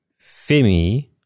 Fimi